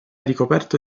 ricoperto